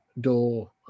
door